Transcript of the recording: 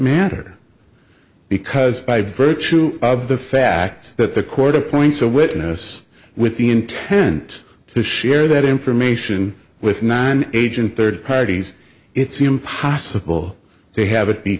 matter because by virtue of the fact that the court appoints a witness with the intent to share that information with non agent third parties it's impossible to have it be